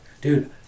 Dude